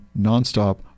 nonstop